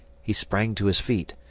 he sprung to his feet,